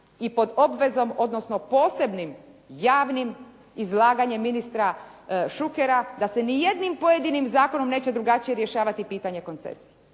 i pod obvezom odnosno posebnim javnim izlaganjem ministra Šukera da se nijednim pojedinim zakonom neće drugačije rješavati pitanje koncesije.